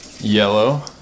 Yellow